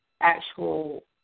actual